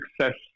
success